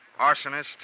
arsonist